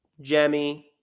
Jemmy